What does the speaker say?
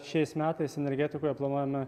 šiais metais energetikoje planuojame